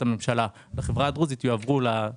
הממשלה לחברה הדרוזית יועברו לדרוזים בגולן.